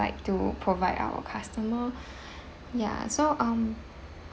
like to provide our customer ya so um